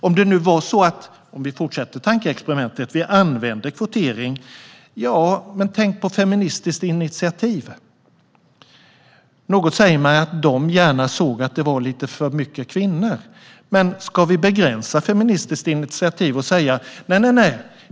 Om vi nu, för att fortsätta tankeexperimentet, använde kvotering, tänk då på Feministiskt initiativ! Något säger mig att det gärna skulle bli lite för mycket kvinnor hos dem, men ska vi begränsa Feministiskt initiativ och säga: Nej, nej, nej!